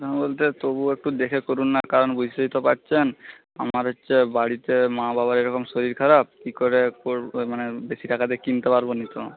তবুও একটু দেখে করুন না কারণ বুঝতেই তো পারছেন আমার হচ্ছে বাড়িতে মা বাবার এরকম শরীর খারাপ কী করে মানে বেশি টাকা দিয়ে কিনতে পারবো না তো